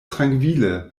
trankvile